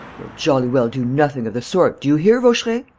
you'll jolly well do nothing of the sort, do you hear, vaucheray?